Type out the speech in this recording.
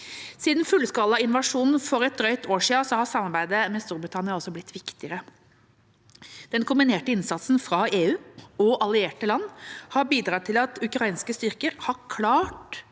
Siden fullskalainvasjonen for et drøyt år siden har samarbeidet med Storbritannia også blitt viktigere. Den kombinerte innsatsen fra EU og allierte land har bidratt til at ukrainske styrker har klart